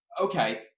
okay